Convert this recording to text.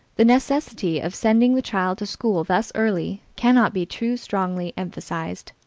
the necessity of sending the child to school thus early can not be too strongly emphasized,